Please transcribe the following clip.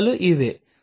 ఎంపికలు ఇవే